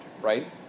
Right